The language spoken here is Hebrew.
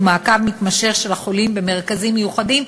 ומעקב מתמשך אחר החולים במרכזים מיוחדים,